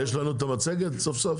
יש לנו את המצגת סוף סוף?